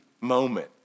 moment